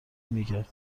میگه